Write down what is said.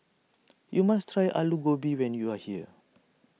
you must try Alu Gobi when you are here